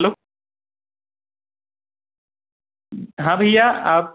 hello हाँ भैया आप